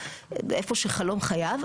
איפה שחלום חייו.